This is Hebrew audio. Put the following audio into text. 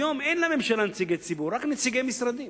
היום אין לממשלה נציגי ציבור, רק נציגי משרדים.